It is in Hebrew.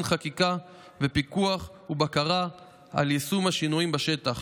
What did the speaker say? חקיקה ופיקוח ובקרה על יישום השינויים בשטח.